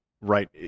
right